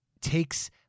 takes